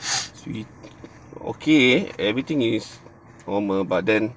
okay everything is normal but then